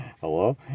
hello